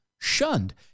Shunned